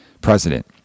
president